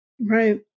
Right